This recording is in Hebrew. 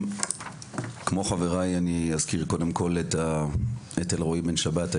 כמו חבריי אני אזכיר קודם כל את אלרואי בן שבת,